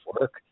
work